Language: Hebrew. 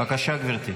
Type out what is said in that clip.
בבקשה, גברתי.